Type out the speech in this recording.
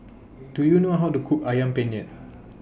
Do YOU know How to Cook Ayam Penyet